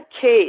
case